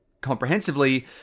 comprehensively